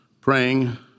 praying